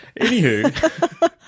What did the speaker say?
anywho